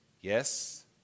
Yes